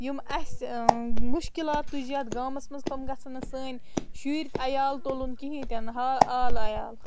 یِم اَسہِ مُشکِلات تُج یَتھ گامَس منٛز تِم گژھَن نہٕ سٲنۍ شُرۍ عیال تُلُن کِہیٖنۍ تہِ ہا عال عیال